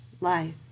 life